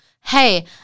hey